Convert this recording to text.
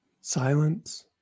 silence